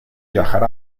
viajar